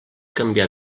canviar